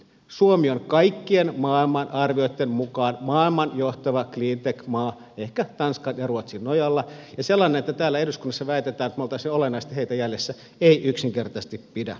suomi on kaikkien maailman arvioitten mukaan maailman johtava cleantech maa ehkä tanskan ja ruotsin ohella ja se kun täällä eduskunnassa väitetään että me olisimme olennaisesti heitä jäljessä ei yksinkertaisesti pidä paikkaansa